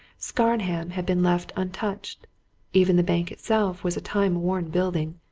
scarnham had been left untouched even the bank itself was a time-worn building,